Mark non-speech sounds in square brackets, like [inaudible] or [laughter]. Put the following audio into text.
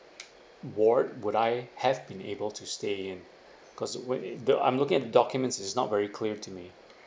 ward would I have been able to stay in [breath] because when it the I'm looking at the documents it's not very clear to me